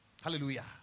Hallelujah